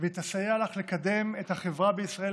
והיא תסייע לך לקדם את החברה בישראל,